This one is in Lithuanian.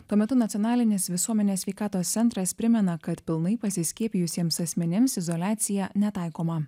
tuo metu nacionalinis visuomenės sveikatos centras primena kad pilnai pasiskiepijusiems asmenims izoliacija netaikoma